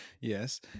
Yes